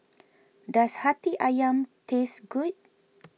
does Hati Ayam taste good